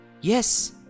Yes